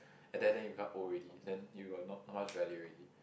and then then you become old already then you are not much value already